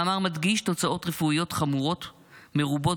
המאמר מדגיש תוצאות רפואיות חמורות מרובות